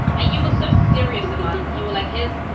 ah you were so serious about that. you were like his,